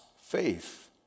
faith